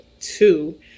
two